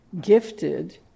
gifted